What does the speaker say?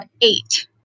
Eight